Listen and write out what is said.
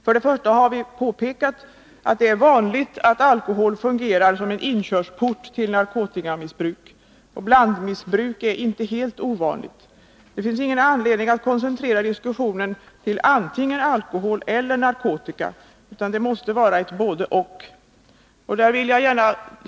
För det första har vi påpekat att det är vanligt att alkohol fungerar som en inkörsport till narkotikamissbruk. Blandmissbruk är inte helt ovanligt. Det finns ingen anledning att koncentrera diskussionen till antingen alkohol eller narkotika, utan det måste vara ett både-och.